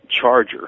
charger